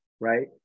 right